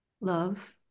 love